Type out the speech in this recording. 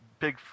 Bigfoot